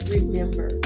Remember